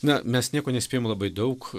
na mes nieko nespėjom labai daug